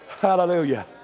Hallelujah